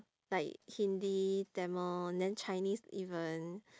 like hindi tamil then chinese even